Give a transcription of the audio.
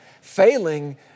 Failing